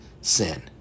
sin